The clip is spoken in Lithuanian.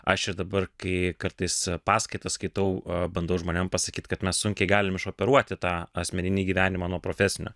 aš ir dabar kai kartais paskaitas skaitau bandau žmonėm pasakyt kad mes sunkiai galim išoperuoti tą asmeninį gyvenimą nuo profesinio